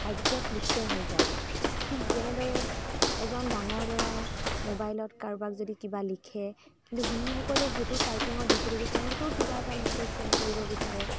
কাৰ্য্যত লিপ্ত হৈ যায় ঠিক যেনেদৰে এজন ডাঙৰ ল'ৰাই মোবাইলত কাৰোবাক যদি কিবা লিখে কিন্তু শিশুসকলে সেইটো টাইপিঙৰ দেখি দেখি তেওঁলোকেও কিবা এটা মেছেজ ছেণ্ড কৰিব বিচাৰে